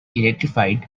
electrified